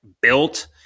built